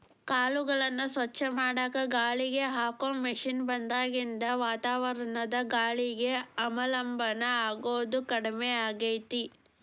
ಕಾಳುಗಳನ್ನ ಸ್ವಚ್ಛ ಮಾಡಾಕ ಗಾಳಿಗೆ ಹಾಕೋ ಮಷೇನ್ ಬಂದಾಗಿನಿಂದ ವಾತಾವರಣದ ಗಾಳಿಗೆ ಅವಲಂಬನ ಆಗೋದು ಕಡಿಮೆ ಆಗೇತಿ